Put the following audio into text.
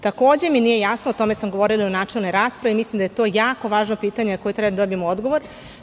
Takođe, nije mi jasno, o tome sam govorila u načelnoj raspravi, mislim da je to jako važno pitanje na koje treba da dobijemo odgovor.